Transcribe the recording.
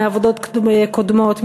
מעבודות קודמות,